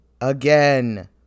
again